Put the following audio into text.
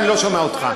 כי אני לא שומע אותך.